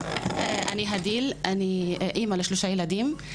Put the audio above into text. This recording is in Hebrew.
אני אימא לשלושה ילדים.